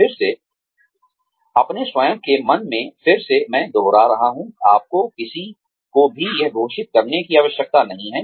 फिर से अपने स्वयं के मन में फिर से मैं दोहरा रहा हूं आपको किसी को भी यह घोषित करने की आवश्यकता नहीं है